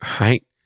right